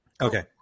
Okay